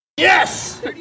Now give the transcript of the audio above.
Yes